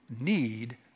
need